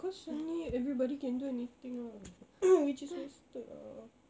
cause only everybody can do anything ah which is wasted ah